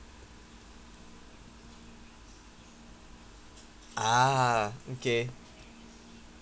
ah okay